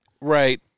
Right